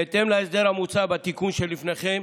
בהתאם להסדר המוצע בתיקון שלפניכם,